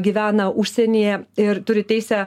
gyvena užsienyje ir turi teisę